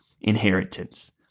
inheritance